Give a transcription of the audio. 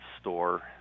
store